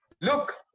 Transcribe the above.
look